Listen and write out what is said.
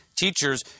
teachers